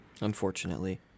Unfortunately